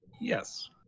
Yes